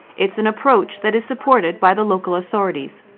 it's an approach that is supported by the local authorities.